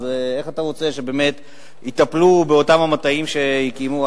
אז איך אתה רוצה שבאמת יטפלו באותם המטעים שהקימו,